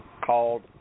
called